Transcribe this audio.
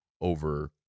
over